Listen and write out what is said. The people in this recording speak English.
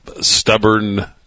stubborn